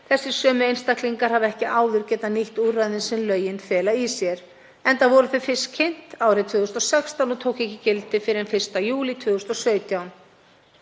Þessir sömu einstaklingar hafa ekki áður getað nýtt úrræðin sem lögin fela í sér enda voru þau fyrst kynnt árið 2016 og tóku ekki gildi fyrr en 1. júlí 2017.